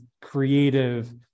creative